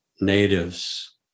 natives